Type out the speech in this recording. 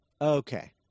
Okay